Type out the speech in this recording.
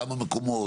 כמה מקומות,